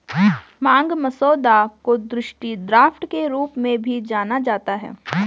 मांग मसौदा को दृष्टि ड्राफ्ट के रूप में भी जाना जाता है